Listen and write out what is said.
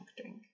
drink